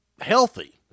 healthy